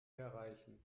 erreichen